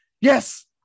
Yes